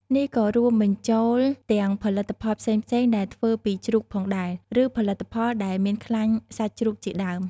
នេះក៏រួមបញ្ចូលទាំងផលិតផលផ្សេងៗដែលធ្វើពីជ្រូកផងដែរ ឬផលិតផលដែលមានខ្លាញ់សត្វជ្រូកជាដើម។